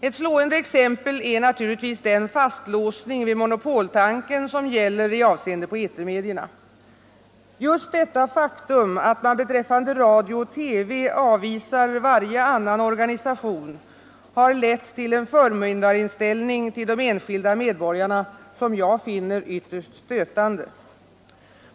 Ett slående exempel är naturligtvis den fastlåsning vid monopoltanken som gäller i avseende på etermedierna. Just detta faktum att man beträffande radio och TV avvisar varje annan organisation har lett till en förmyndarinställning till de enskilda medborgarna som jag finner ytterst stötande.